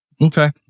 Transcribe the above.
Okay